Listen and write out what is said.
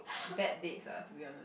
bad dates lah to be honest